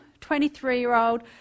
23-year-old